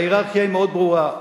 וההייררכיה היא מאוד ברורה,